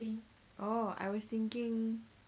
oh I was thinking